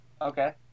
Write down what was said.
Okay